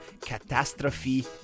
Catastrophe